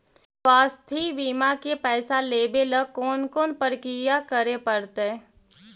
स्वास्थी बिमा के पैसा लेबे ल कोन कोन परकिया करे पड़तै?